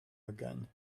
again